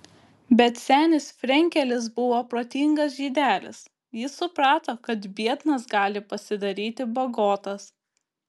bet senis frenkelis buvo protingas žydelis jis suprato kad biednas gali pasidaryti bagotas